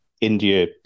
India